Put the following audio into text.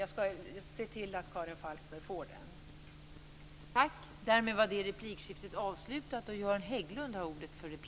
Jag skall se till att Karin Falkmer får det här.